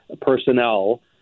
personnel